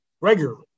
regularly